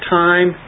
time